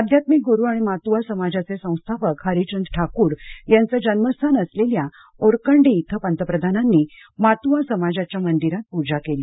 आध्यत्मिक गुरु आणि मातुआ समाजाचे संस्थापक हरिचंद ठाकूर यांचं जन्मस्थान असलेल्या ओरकंडी इथं पंतप्रधानांनी मातूआ समाजाच्या मंदिरात पूजा केली